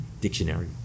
dictionary